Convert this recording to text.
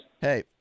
Hey